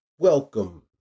Welcome